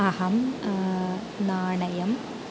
अहं नानयम्